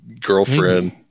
girlfriend